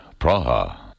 Praha